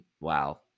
Wow